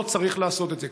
לא צריך לעשות את זה.